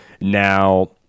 now